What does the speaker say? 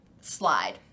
slide